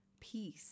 peace